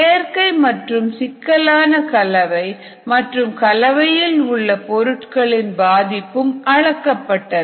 செயற்கை மற்றும் சிக்கலான கலவை மற்றும் கலவையில் உள்ள பொருட்களின் பாதிப்பும் அளக்கப்பட்டன